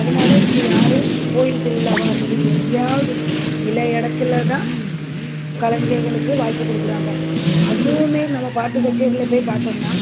அதனால இப்போ யாரும் கோவில் திருவிழாவாக இருக்கட்டும் எங்கயாவது சில இடத்துல தான் கலைஞர்களுக்கு வாய்ப்பு கொடுக்குறாங்க அதுவுமே நம்ம பாட்டு கச்சேரியில் போய் பார்த்தோம்னா